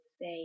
say